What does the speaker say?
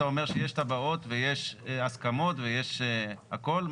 אתה אומר שיש תב"עות ויש הסכמות ויש הכל.